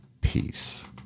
peace